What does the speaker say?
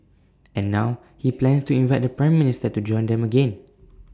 and now he plans to invite the Prime Minister to join them again